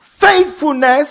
faithfulness